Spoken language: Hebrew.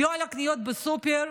לא על הקניות בסופר.